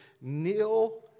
kneel